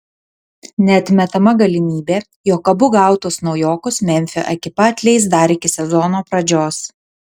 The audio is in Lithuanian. neatmetama galimybė jog abu gautus naujokus memfio ekipa atleis dar iki sezono pradžios